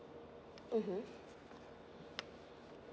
mmhmm